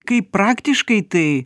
kaip praktiškai tai